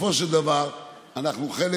בסופו של דבר אנחנו חלק